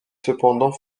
cependant